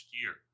year